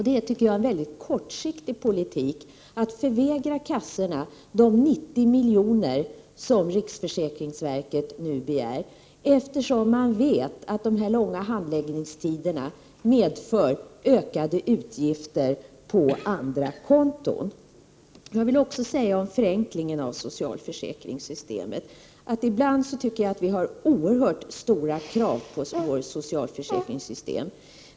Det är en mycket kortsiktig politik att förvägra kassorna de 90 miljoner som riksförsäkringsverket nu begär, eftersom man vet att långa handläggningstider medför ökade utgifter på andra konton. Jag vill också om förenklingen av socialförsäkringssystemet säga att jag ibland tycker att vi ställer oerhört stora krav på vårt socialförsäkringssystem.